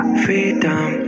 freedom